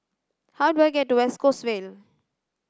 how do I get to West Coast Vale